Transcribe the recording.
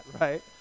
Right